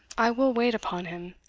i will wait upon him.